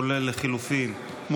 כולל לחלופין,